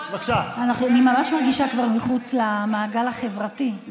אני ממש מרגישה כבר מחוץ למעגל החברתי,